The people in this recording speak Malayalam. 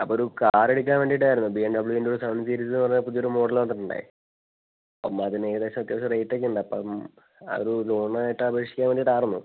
അപ്പം ഒരു കാറെടുക്കാൻ വേണ്ടിയിട്ടായിരുന്നു ബി എം ഡബ്ള്യുൻ്റെ ഒരു സെവൻ സീരിസ് എന്ന് പറഞ്ഞ പുതിയൊരു മോഡൽ വന്നിട്ടുണ്ടേ അപ്പം അതിന് ഏകദേശം അത്യാവശം റേറ്റൊക്കെയുണ്ട് അപ്പം ആ ഒരു ലോണിനായിട്ട് അപേക്ഷിക്കാൻ വേണ്ടിയിട്ട് ആയിരുന്നു